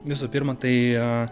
visų pirma tai